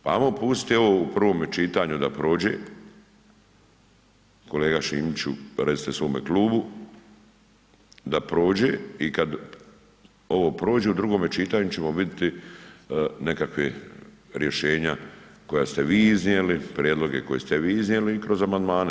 Pa ajmo pustiti ovo u prvome čitanju da prođe, kolega Šimiću recite svome klubu da prođe i kad ovo prođe u drugome čitanju ćemo vidjeti nekakva rješenja koja ste vi iznijeli, prijedloge koje ste vi iznijeli i kroz amandmane.